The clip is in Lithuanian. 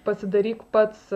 pasidaryk pats